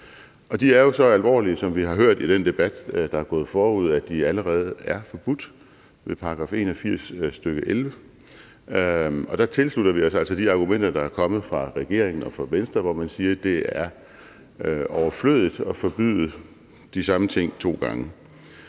jo så alvorlige, som vi har hørt i den debat, der er gået forud, at de allerede er forbudt ved § 81, nr. 11, og der tilslutter vi os altså de argumenter, der er kommet fra regeringen og fra Venstre, hvor man siger, at det er overflødigt at forbyde de samme ting to gange.